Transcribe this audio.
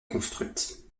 construite